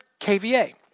kVA